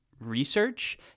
Research